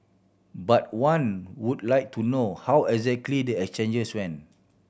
but one would like to know how exactly the exchanges went